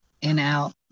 in-out